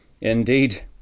Indeed